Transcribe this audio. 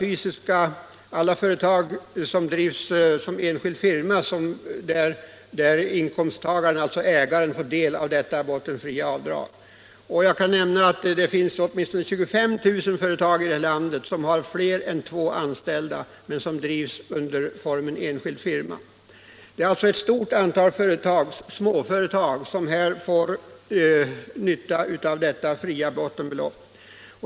Vid varje företag som drivs som enskild firma får inkomsttagaren, alltså ägaren, del av detta fria bottenbelopp. Det finns åtminstone 25 000 företag i det här landet som har mer än två anställda men som drivs som enskild firma. Det är alltså ett stort antal småföretag som får nytta av detta fria bottenbelopp.